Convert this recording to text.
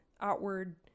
outward